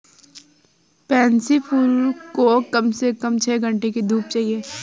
pansy फूल को कम से कम छह घण्टे की धूप चाहिए